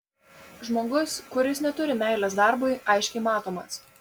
žmogus kuris neturi meilės darbui aiškiai matomas